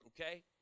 okay